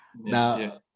Now